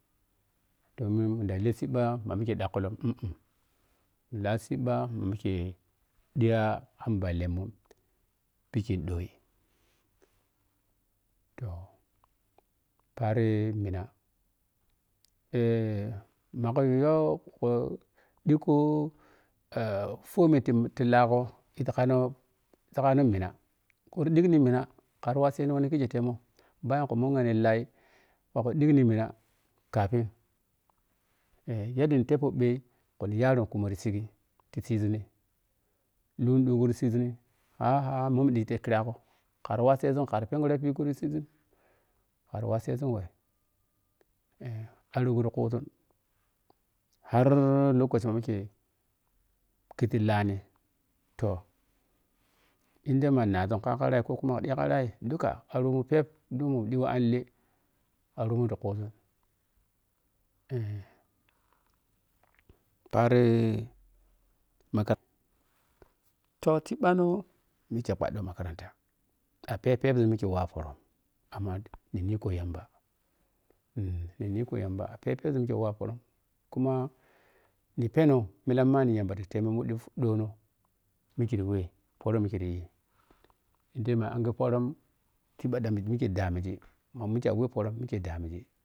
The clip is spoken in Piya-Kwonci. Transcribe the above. Toh mu munda le siiɓa ma mike ɗhakkulo uhm mu laa siiɓa ma mike ɗiya am ɓhallemun ɓike ɗoi toh paari mina eh ma ku yok u ɗiggko eh fomititi laa gho isii kano i sii kano kano mina tur ɗigg ni mina kari waserni wane khike temu bayan ku mughe ni laai ma ko ɗiggni mina kafin yadda ni tepo phe kuni nyaron ka mar siigi ti ti zuning lun ɗogo yi siini haham oni iyi kira go kari wasezun kari phegiri ya ɓigo ti siizun kari wasezun we eh arogo ti siizun hari lokaci wo mike khizi lani toh indai ma nazun kam karai ko di korrai duka aro mun purp dan mu diyo ante aromman ti kuzun eh paari makaranta toh siiɓa no muke ɓhaɗo makaranta a phtpphep zun wa faron amma niniko yamba eh ninike yamba a phep phepzun mike wa poora kuma ni peno millammanni yambati teme ne muɗɗi ɗono mikiri we pooro miri yi indai ma anguw pooro siiɓa damike damiji mamike a wa pooro ike damigi.